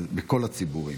הן בכל הציבורים,